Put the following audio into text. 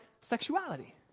sexuality